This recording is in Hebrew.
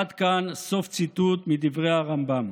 עד כאן סוף ציטוט מדברי הרמב"ם.